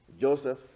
Joseph